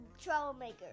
troublemaker